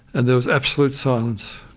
and there was absolute silence.